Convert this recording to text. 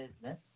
business